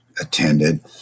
attended